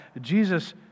Jesus